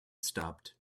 stopped